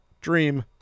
Dream